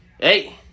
hey